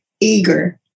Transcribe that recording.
eager